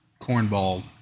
cornball